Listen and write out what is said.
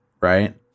right